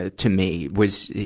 ah to me. was,